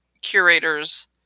curators